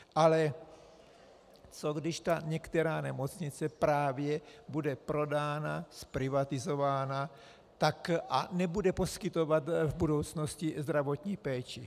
Ale co když některá ta nemocnice právě bude prodána, zprivatizována a nebude poskytovat v budoucnosti zdravotní péči?